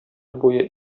буе